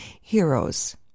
heroes